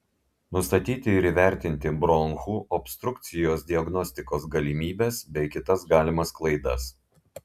nustatyti ir įvertinti bronchų obstrukcijos diagnostikos galimybes bei galimas klaidas